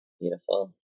Beautiful